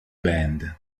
band